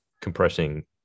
compressing